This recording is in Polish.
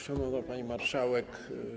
Szanowna Pani Marszałek!